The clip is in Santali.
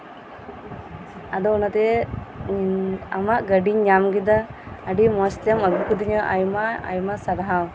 ᱟᱫᱚ ᱚᱱᱟᱛᱮ ᱟᱢᱟᱜ ᱜᱟᱹᱰᱤᱧ ᱧᱟᱢ ᱠᱮᱫᱟ ᱟᱹᱰᱤ ᱢᱚᱡ ᱛᱮᱢ ᱟᱹᱜᱩ ᱠᱤᱫᱤᱧᱟ ᱟᱭᱢᱟ ᱟᱭᱢᱟ ᱥᱟᱨᱦᱟᱣ